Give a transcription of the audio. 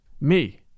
Me